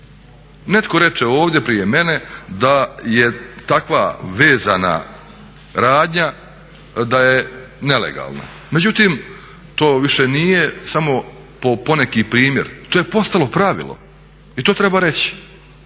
Netko reče ovdje prije mene da je takva vezana radnja da je nelegalna. Međutim, to više nije samo poneki primjer, to je postalo pravilo. I to treba reći,